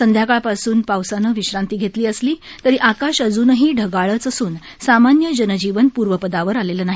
संध्याकाळपासून पावसानं विश्रांती घेतली असली तरी आकाश अजूनही ढगाळच असून सामान्य जनजीवन पूर्वपदावर आलेलं नाही